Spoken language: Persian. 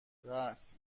رآس